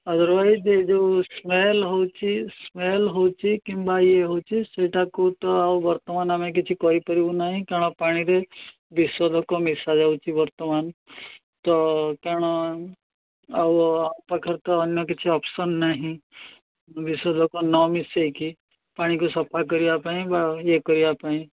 otherwise ଏ ଯେଉଁ smell ହେଉଛି ସ୍ମେଲ୍ ହେଉଛି କିମ୍ବା ଇଏ ହେଉଛି ସେଇଟାକୁ ତ ଆଉ ବର୍ତ୍ତମାନ ଆମେ କିଛି କହିପାରିବୁ ନାହିଁ କାରଣ ପାଣିରେ ବିଶୋଧକ ମିଶାଯାଉଛି ବର୍ତ୍ତମାନ ତ କାରଣ ଆଉ ଆ ପାଖରେ ତ ଅନ୍ୟ କିଛି ଅପସନ୍ ନାହିଁ ବିଶୋଧକ ନ ମିଶାଇକି ପାଣିକୁ ସଫା କରିବା ପାଇଁ ବା ଇଏ କରିବା ପାଇଁ